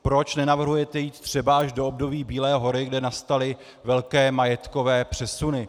Proč nenavrhujete jít třeba až do období Bílé hory, kdy nastaly velké majetkové přesuny?